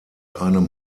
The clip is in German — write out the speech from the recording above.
einem